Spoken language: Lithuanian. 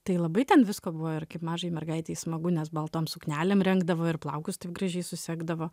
tai labai ten visko buvo ir kaip mažai mergaitei smagu nes baltom suknelėm rengdavo ir plaukus taip gražiai susegdavo